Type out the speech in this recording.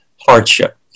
hardship